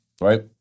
right